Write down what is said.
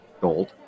gold